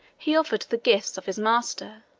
he offered the gifts of his master,